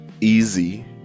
easy